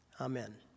Amen